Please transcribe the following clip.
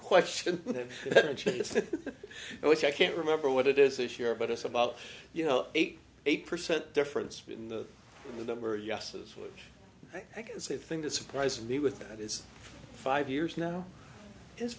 question which i can't remember what it is this year but us about you know eighty eight percent difference in the in the number yeses which i think it's a thing that surprised me with that is five years now is